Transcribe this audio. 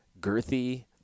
girthy